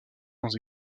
sans